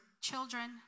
children